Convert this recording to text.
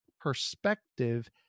perspective